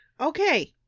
Okay